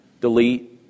delete